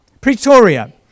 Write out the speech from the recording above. Pretoria